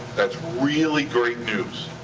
that's really great news.